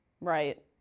Right